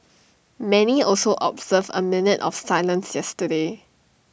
many also observed A minute of silence yesterday